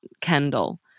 Kendall